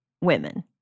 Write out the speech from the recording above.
women